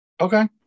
Okay